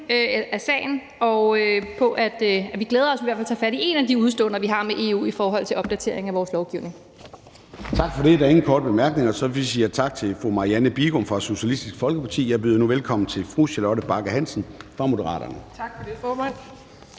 af sagen, og vi glæder os i hvert fald til at tage fat i et af de udeståender, vi har med EU, i forhold til opdatering af vores lovgivning. Kl. 13:07 Formanden (Søren Gade): Tak for det. Der er ingen korte bemærkninger, så vi siger tak til fru Marianne Bigum fra Socialistisk Folkeparti. Jeg byder nu velkommen til fru Charlotte Bagge Hansen fra Moderaterne. Kl.